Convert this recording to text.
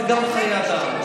גם זה חיי אדם.